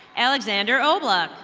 alexander obala.